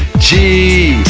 g,